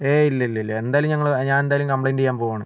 ഏയ് ഇല്ലില്ലില്ല എന്തായാലും ഞങ്ങൾ ഞാൻ എന്തായാലും കംപ്ലൈയിൻ്റ് ചെയ്യാൻ പോവാണ്